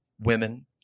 women